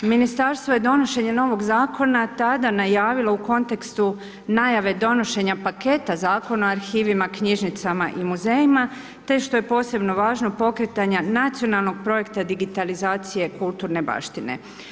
Ministarstvo je donošenjem novog zakona tada najavilo u kontekstu najave donošenja paketa Zakona o arhivima, knjižnicama i muzejima, te što je posebno važno pokretanja nacionalnog projekta digitalizacije kulturne baštine.